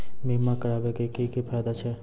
बीमा कराबै के की फायदा छै?